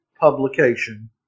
publication